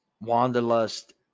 Wanderlust